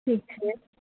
ઠીક છે